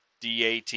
DAT